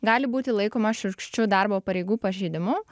gali būti laikoma šiurkščiu darbo pareigų pažeidimu